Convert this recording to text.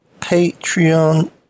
Patreon